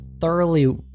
thoroughly